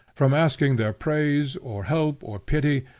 from asking their praise, or help, or pity,